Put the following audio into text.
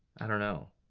i don't know.